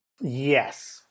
Yes